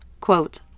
Quote